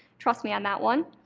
trust me on that one.